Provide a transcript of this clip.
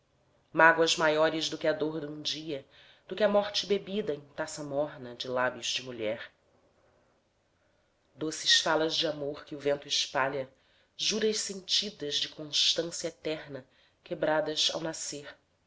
mágoas maiores do que a dor dum dia do que a morte bebida em taça morna de lábios de mulher doces falas de amor que o vento espalha juras sentidas de constância eterna quebradas ao nascer